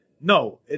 No